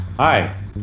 Hi